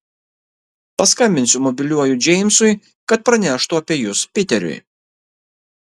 paskambinsiu mobiliuoju džeimsui kad praneštų apie jus piteriui